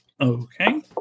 Okay